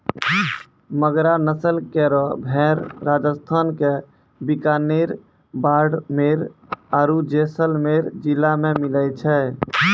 मगरा नस्ल केरो भेड़ राजस्थान क बीकानेर, बाड़मेर आरु जैसलमेर जिला मे मिलै छै